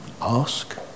Ask